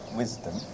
wisdom